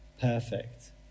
perfect